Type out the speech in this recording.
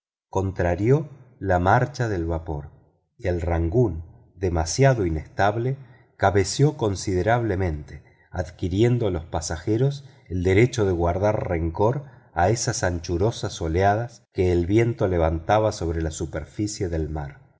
contrarió la marcha del vapor y el rangoon demasiado inestable cabeceó considerablemente adquiriendo los pasajeros el derecho de guardar rencor a esas anchurosas oleadas que el viento levantaba sobre la superficie del mar